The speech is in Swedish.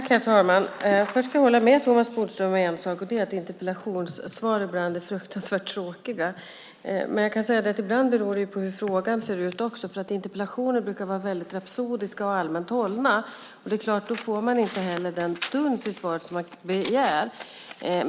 Herr talman! Först vill jag hålla med Thomas Bodström om en sak, och det är att interpellationssvar ibland är fruktansvärt tråkiga. Men jag kan säga att det ibland beror på hur frågan ser ut, för interpellationer brukar vara väldigt rapsodiska och allmänt hållna. Då är det klart att man inte heller får den stuns i svaret som man begär.